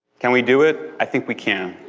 can we do it? i think we can.